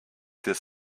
this